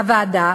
הוועדה,